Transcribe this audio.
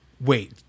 Wait